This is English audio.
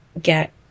get